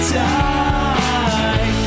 die